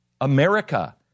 America